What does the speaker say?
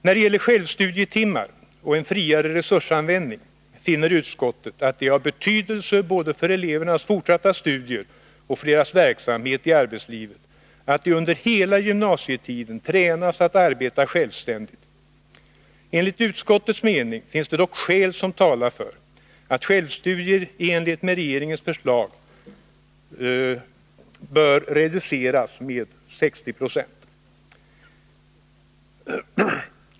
När det gäller självstudietimmar och en friare resursanvändning finner utskottet att det är av betydelse både för elevernas fortsatta studier och för deras verksamhet i arbetslivet att de under hela gymnasietiden tränas att arbeta självständigt. Enligt utskottets mening finns det dock skäl som talar för att omfattningen av de i propositionen föreslagna självstudierna bör reduceras med 60 90.